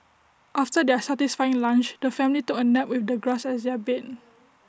after their satisfying lunch the family took A nap with the grass as their bed